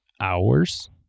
hours